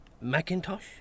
Macintosh